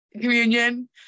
communion